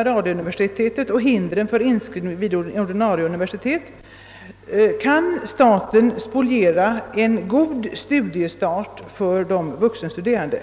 av radiouniversitetet och med dessa hinder för inskrivning vid ordinarie universitet, kan staten spoliera en god studiestart för de vuxenstuderande.